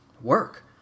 work